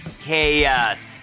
chaos